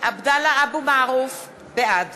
(קוראת בשמות חברי הכנסת) עבדאללה אבו מערוף, בעד